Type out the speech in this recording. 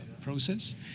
process